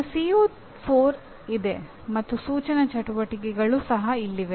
ನನ್ನ CO4 ಇದೆ ಮತ್ತು ಸೂಚನಾ ಚಟುವಟಿಕೆಗಳು ಸಹ ಇಲ್ಲಿವೆ